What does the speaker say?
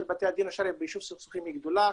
בתי הדין השרעיים ביישוב סכסוכים היא גדולה.